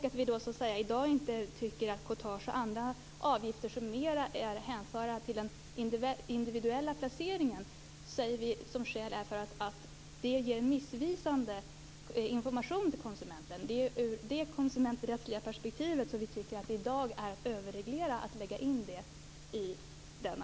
I dag tycker vi inte att courtage och andra avgifter som mer är att hänföra till den individuella placeringen skall anges, eftersom vi anser att det ger missvisande information till konsumenten. Det är ur det konsumenträttsliga perspektivet som vi tycker att det i dag är att överreglera att ta med detta.